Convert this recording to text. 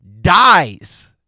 dies